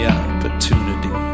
opportunity